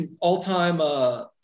all-time